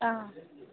অঁ